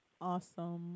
Awesome